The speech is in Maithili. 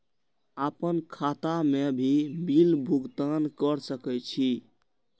आपन खाता से भी बिल भुगतान कर सके छी?